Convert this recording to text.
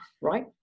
right